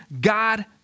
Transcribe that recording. God